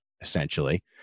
essentially